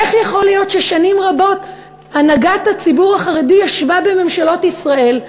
איך יכול להיות ששנים רבות הנהגת הציבור החרדי ישבה בממשלות ישראל,